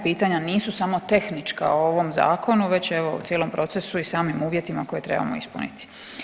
Pitanja nisu samo tehnička o ovom Zakonu već evo, o cijelom procesu i samim uvjetima koje trebamo ispuniti.